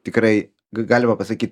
tikrai galima pasakyt